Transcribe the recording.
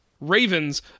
Ravens